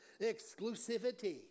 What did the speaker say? Exclusivity